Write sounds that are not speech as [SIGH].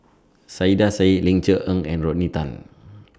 [NOISE] Saiedah Said Ling Cher Eng and Rodney Tan